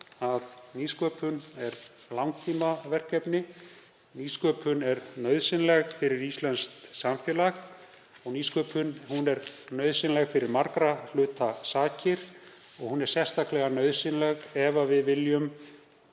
að nýsköpun er langtímaverkefni. Nýsköpun er nauðsynleg fyrir íslenskt samfélag og nýsköpun er nauðsynleg fyrir margra hluta sakir. Hún er sérstaklega nauðsynleg ef við viljum